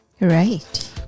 Right